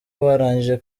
barangije